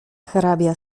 hrabia